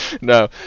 No